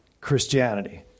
Christianity